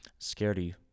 scaredy